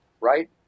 Right